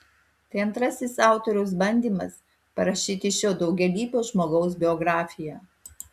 tai antrasis autoriaus bandymas parašyti šio daugialypio žmogaus biografiją